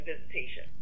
visitation